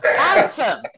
Awesome